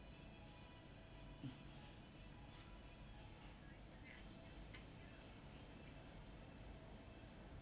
mm